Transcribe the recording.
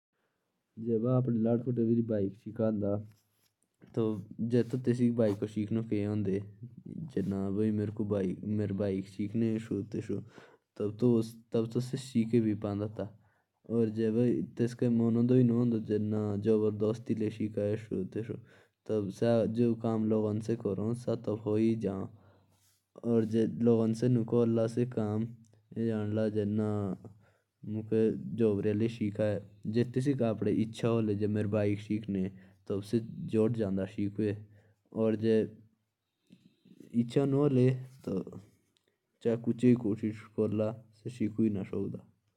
अगर में अपने बेटे से बाइक सिखाता ना तो पहले तो उसे हैंडिल सिखाऊंगा घुमाना। और फिर उसके बाद गियर चलाना सिखाऊंगा बस।